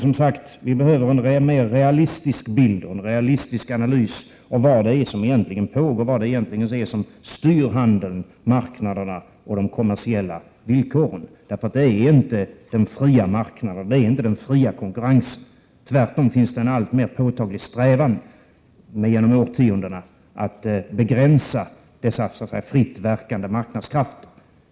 Som sagt, vi behöver en mer realistisk bild och en mer realistisk analys av vad det är som egentligen pågår och vad som egentligen styr handeln, marknaderna och de kommersiella villkoren, för det är inte den fria marknaden och den fria konkurrensen. Tvärtom finns det en genom årtiondena alltmer påtaglig strävan att begränsa dessa fritt verkande marknadskrafter.